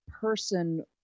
person